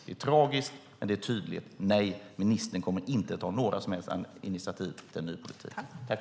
Det är tragiskt men tydligt: Nej, ministern kommer inte att ta några som helst initiativ till en ny politik.